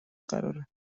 قراره